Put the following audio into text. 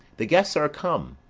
the guests are come,